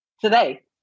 today